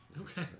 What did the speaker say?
okay